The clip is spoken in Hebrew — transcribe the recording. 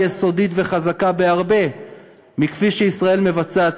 יסודית וחזקה בהרבה מכפי שישראל מבצעת